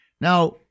Now